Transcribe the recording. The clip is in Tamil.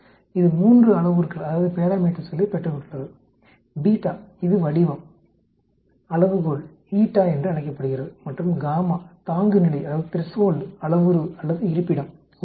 இது மூன்று அளவுருக்களைப் பெற்றுள்ளது இது வடிவம் அளவுகோல் என்று அழைக்கப்படுகிறது மற்றும் காமா தாங்குநிலை அளவுரு அல்லது இருப்பிடம் உண்மையில்